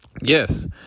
yes